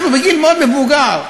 אנחנו בגיל מאוד מבוגר,